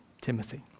Timothy